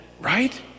Right